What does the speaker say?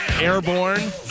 Airborne